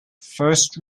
first